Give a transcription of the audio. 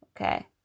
Okay